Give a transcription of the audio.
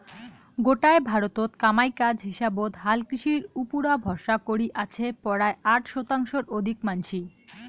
গোটায় ভারতত কামাই কাজ হিসাবত হালকৃষির উপুরা ভরসা করি আছে পরায় ষাট শতাংশর অধিক মানষি